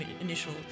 initial